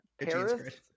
Paris